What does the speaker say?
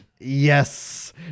Yes